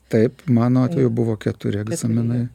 taip mano buvo keturi egzaminai